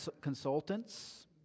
consultants